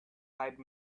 five